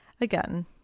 Again